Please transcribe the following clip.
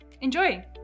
enjoy